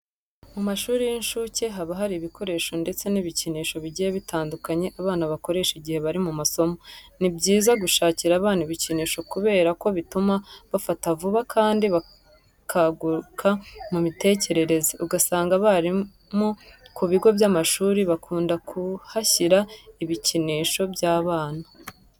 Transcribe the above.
Mu mashuri y'inshuke haba hari ibikoresho ndetse n'ibikinisho bigiye bitandukanye abana bakoresha igihe bari mu masomo. Ni byiza gushakira abana ibikinisho kubera ko bituma bafata vuba kandi bakaguka mu mitekerereze. Uzasanga abarimu ku bigo by'amashuri bakunda kuhashyira ibikinisho by'abana.